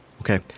Okay